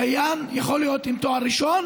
דיין יכול להיות עם תואר ראשון